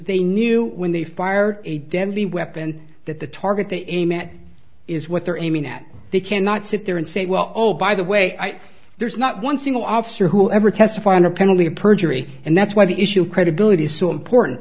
they knew when they fired a deadly weapon that the target they aim at is what they're aiming at they cannot sit there and say well oh by the way there's not one single officer who ever testified under penalty of perjury and that's why the issue of credibility is so important